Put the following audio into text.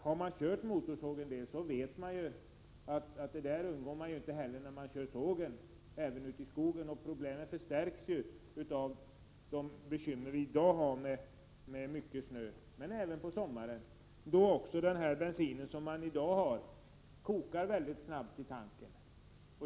Har man kört motorsåg en del vet man också att man inte undgår dessa avgaser när man kör ute i skogen, och problemen förstärks genom de bekymmer med mycket snö som vi har i dag. Även på sommaren är det problem. Den bensin som vi har i dag kokar också mycket snabbt i tanken.